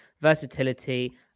versatility